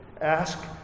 Ask